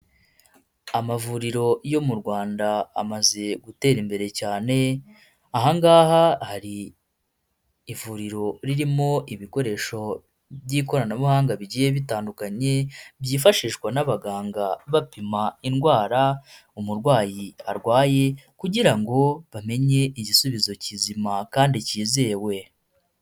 Amavuriro yo mu Rwanda amaze gutera imbere cyane, aha ngaha hari ivuriro ririmo ibikoresho by'ikoranabuhanga bigiye bitandukanye, byifashishwa n'abaganga bapima indwara, umurwayi arwaye kugira ngo bamenye igisubizo kizima kandi kizewe.